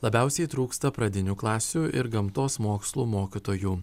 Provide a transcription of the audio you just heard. labiausiai trūksta pradinių klasių ir gamtos mokslų mokytojų